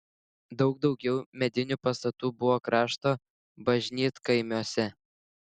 daug daugiau medinių pastatų buvo krašto bažnytkaimiuose